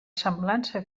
semblança